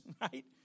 right